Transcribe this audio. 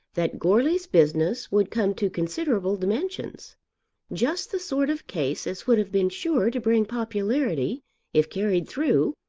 that goarly's business would come to considerable dimensions just the sort of case as would have been sure to bring popularity if carried through,